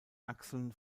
achseln